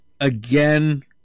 Again